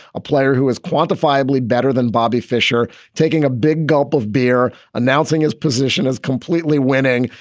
a player who is quantifiably better than bobby fischer, taking a big gulp of beer, announcing his position as completely winning,